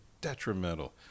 detrimental